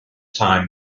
time